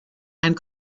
and